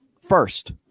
first